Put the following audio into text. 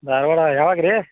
ಧಾರ್ವಾಡ ಯಾವಾಗ ರೀ